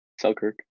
Selkirk